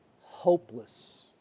hopeless